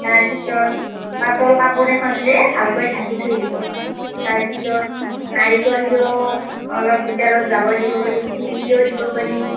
তাৰ পিছত পাতল কাপোৰ এখনেৰে ভালকৈ ঢাকি থৈ দিব তাৰ পিছত নাৰিকল দিও অলপ ভিতৰত জাৱৈ দিব পাৰি তিল দিও দিব পাৰি